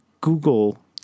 Google